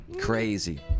Crazy